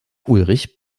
ulrich